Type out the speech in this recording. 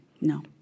No